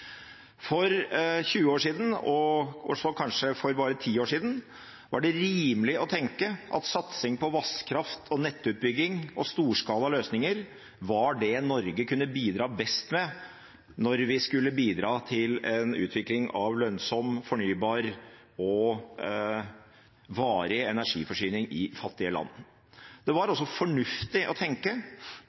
For 20 år siden – kanskje også for bare 10 år siden – var det rimelig å tenke at satsing på vannkraft, nettutbygging og storskalaløsninger var det Norge kunne bidra best med når vi skulle bidra til en utvikling av lønnsom, fornybar og varig energiforsyning i fattige land. Det var også fornuftig å tenke